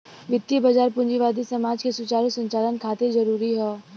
वित्तीय बाजार पूंजीवादी समाज के सुचारू संचालन खातिर जरूरी हौ